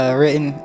written